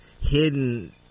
hidden